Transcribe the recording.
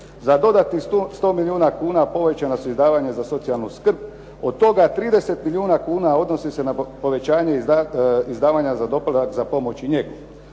Za dodatnih 100 milijuna kuna povećana su izdavanja za socijalnu skrb, od toga 30 milijuna kuna odnosi se na povećanje izdavanja za doplatak za pomoć i njegu.